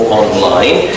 online